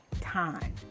time